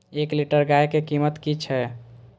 एक लीटर गाय के कीमत कि छै?